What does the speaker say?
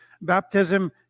Baptism